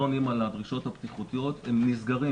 עונים על הדרישות הבטיחותיות הם נסגרים,